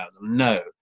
No